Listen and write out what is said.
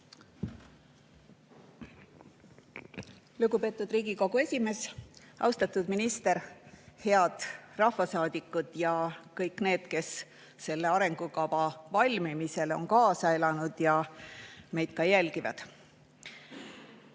Lugupeetud Riigikogu esimees! Austatud minister! Head rahvasaadikud ja kõik need, kes on selle arengukava valmimisele kaasa elanud ja meid ka jälgivad!